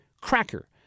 cracker